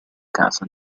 casa